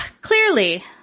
clearly